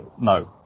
No